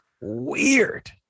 weird